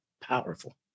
powerful